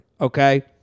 Okay